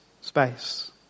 space